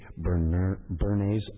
Bernays